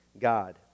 God